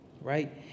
right